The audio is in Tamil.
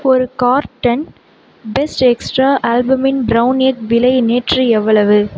ஒரு carton best extra albumin brown egg விலை நேற்று எவ்வளவு